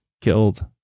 killed